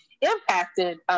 impacted